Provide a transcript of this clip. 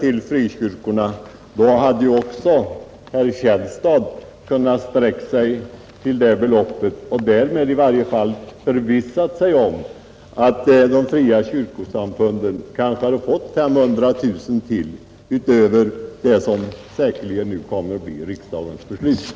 Då borde även herr Källstad ha kunnat gå med på den kompromissen och därmed förvissat sig om att de fria kyrkosamfunden hade fått 500 000 kronor utöver det som nu säkerligen kommer att bli riksdagens beslut.